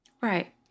Right